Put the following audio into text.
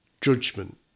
judgment